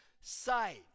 sight